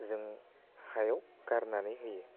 जों हायाव गारनानै होयो